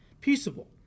Peaceable